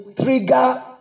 trigger